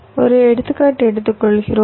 ஒரு எடுத்துக்காட்டு எடுத்துக்கொள்கிறோம்